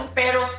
pero